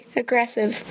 aggressive